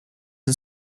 and